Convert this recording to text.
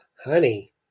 Honey